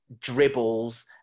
dribbles